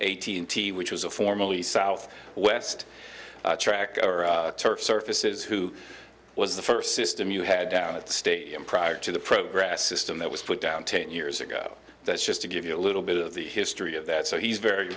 eighteen tee which was a formally south west track surfaces who was the first system you had down at the stadium prior to the progress system that was put down ten years ago that's just to give you a little bit of the history of that so he's very